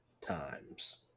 times